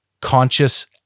conscious